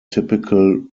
typical